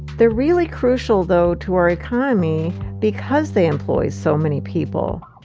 they're really crucial though to our economy because they employ so many people.